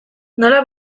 nola